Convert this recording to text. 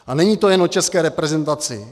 A není to jen o české reprezentaci.